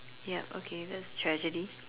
yup okay that's tragedy